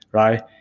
right?